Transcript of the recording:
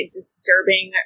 disturbing